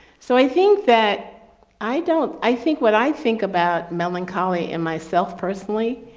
so i think that i don't i think what i think about melancholy and myself personally,